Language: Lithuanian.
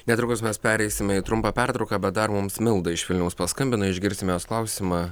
netrukus mes pereisime į trumpą pertrauką bet dar mums milda iš vilniaus paskambino išgirsime jos klausimą